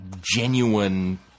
genuine